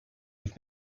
have